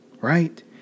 Right